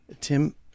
Tim